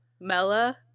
Mella